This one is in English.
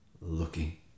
looking